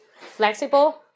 flexible